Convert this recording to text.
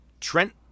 Trent